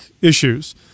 issues